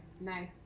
Nice